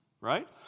right